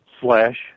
slash